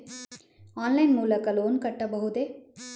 Online line ಮೂಲಕ loan ನನ್ನ ಕಟ್ಟಬಹುದೇ?